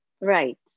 Right